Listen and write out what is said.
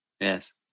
Yes